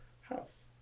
house